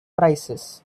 prices